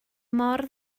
mor